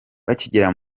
bakigera